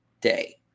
day